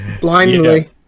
blindly